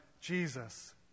Jesus